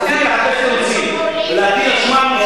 אז תפסיקי לחפש תירוצים ולהטיל אשמה.